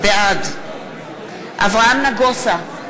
בעד אברהם נגוסה,